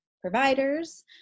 providers